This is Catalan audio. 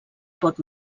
pot